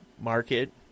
market